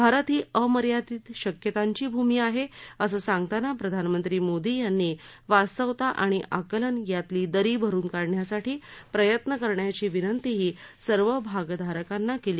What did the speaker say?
भारत ही अमर्यादित शक्यतांची भूमी आहे असं सांगताना प्रधानमंत्री मोदी यांनी वास्तवता आणि आकलन यातील दरी भरून काढण्यासाठी प्रयत्न करण्याची विनंतीही सर्व भागधारकांना केली